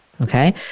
Okay